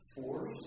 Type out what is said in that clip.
force